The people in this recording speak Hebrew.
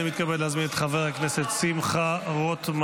אני מתכבד להזמין כעת את חבר הכנסת שמחה רוטמן.